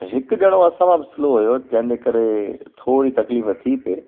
हिकु ॼणो असां खां बि सिलो हुओ जंहिंजे करे थोड़ी तकलीफ़ थी पिए